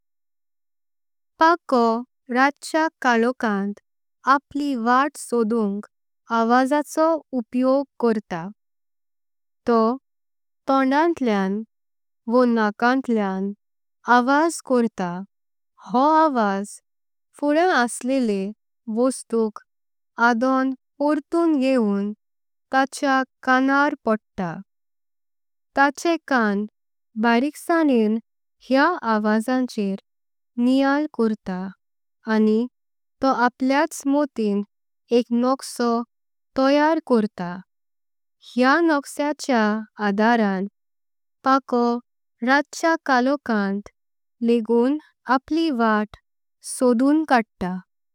पाको रात्रेच्या कलोकांत आपली वाट सोडूनक आवाजाचो। उपयोग करता तो तोडांतलें वा नाकांतलें आवाज करता। हे आवाज फुडें आसलेले वस्तुक आदों परटून येवून ताच्या। कानार पडता ताचे कान बारिकसांने ह्या आवाजांचर नियाळ। करता आनी तो आपल्याच मोटीण एक नोक्सा तयार। करता हे नोक्साचे आधारां पाको रात्रेच्या। कलोकांत लागून आपली वाट सोडून कडता।